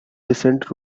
recent